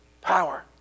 power